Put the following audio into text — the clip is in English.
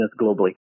globally